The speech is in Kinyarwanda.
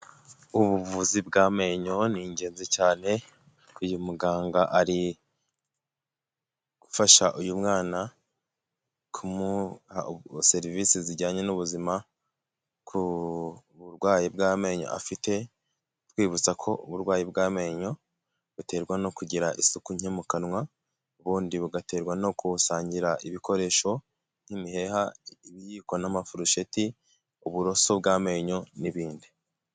Ubuvuzi bw'amenyo ni ingenzi cyane, uyu muganga ari gufasha uyu mwana kumuha serivisi zijyanye n'ubuzima ku burwayi bw'amenyo afite, twibutsa ko uburwayi bw'amenyo buterwa no kugira isuku nke mu kanwa, ubundi bugaterwa no gusangira ibikoresho, nk'imiheha, ibiyiko n'amafurusheti, uburoso bw'amenyo n'ibindi.